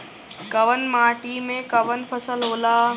कवन माटी में कवन फसल हो ला?